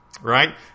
right